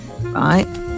Right